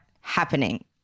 happening